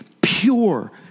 pure